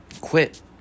quit